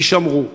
יישמרו.